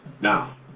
Now